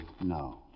No